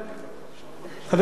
חבר הכנסת חסון,